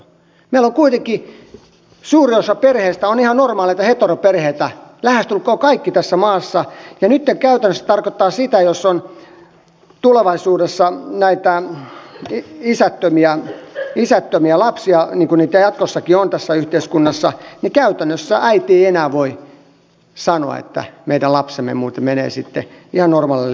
meillä kuitenkin suurin osa perheistä on ihan normaaleja heteroperheitä lähestulkoon kaikki tässä maassa ja nytten käytännössä tämä tarkoittaa sitä että jos on tulevaisuudessa näitä isättömiä lapsia niin kuin niitä jatkossakin on tässä yhteiskunnassa niin käytännössä äiti ei enää voi sanoa että meidän lapsemme muuten menee sitten ihan normaalille uskontotunnille